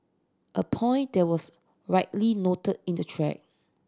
a point that was rightly noted in the thread